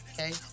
okay